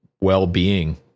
well-being